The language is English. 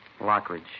Lockridge